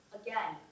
again